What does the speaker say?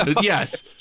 Yes